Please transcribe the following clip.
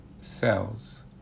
cells